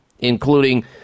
Including